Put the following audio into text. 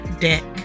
dick